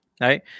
right